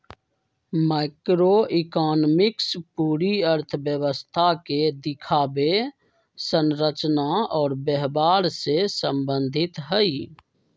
macroeconomics पूरी अर्थव्यवस्था के दिखावे, संरचना और व्यवहार से संबंधित हई